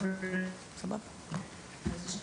בבקשה.